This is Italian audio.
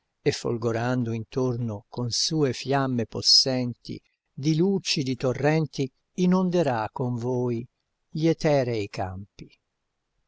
sole e folgorando intorno con sue fiamme possenti di lucidi torrenti inonderà con voi gli eterei campi